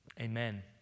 Amen